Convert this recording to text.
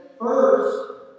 First